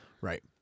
Right